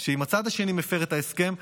שאם הצד השני מפר את ההסכם,